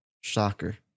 Shocker